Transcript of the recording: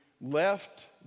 left